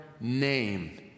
name